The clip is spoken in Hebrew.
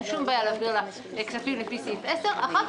אין שום בעיה להעביר לה כספים לפי סעיף 10. אחר כך